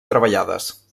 treballades